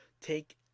take